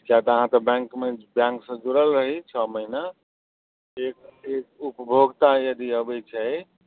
किएक तऽ अहाँ तऽ बैंकमे बैंकसँ जुड़ल रही छओ महिना एक एक उपभोक्ता यदि अबै छै